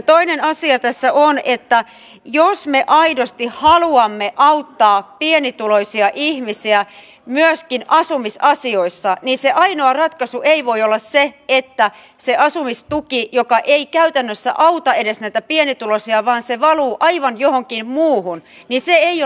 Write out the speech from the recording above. toinen asia tässä on että jos me aidosti haluamme auttaa pienituloisia ihmisiä myöskin asumisasioissa niin se ainoa ratkaisu ei voi olla se että se asumistuki joka ei käytännössä edes auta näitä pienituloisia vaan valuu aivan johonkin muuhun olisi oikea tie tai ratkaisu